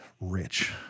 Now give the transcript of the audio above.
rich